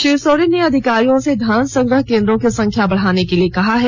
श्री सोरेन ने अधिकारियों से धान संग्रह केंद्रों की संख्या बढ़ाने के लिए कहा है